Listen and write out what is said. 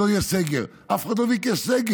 שלא יהיה סגר אף אחד לא ביקש סגר.